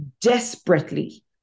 desperately